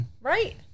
Right